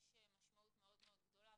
יש משמעות מאוד מאוד גדולה,